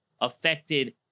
affected